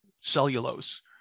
cellulose